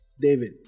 David